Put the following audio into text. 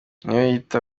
niyoyita